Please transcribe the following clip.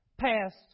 passed